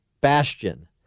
bastion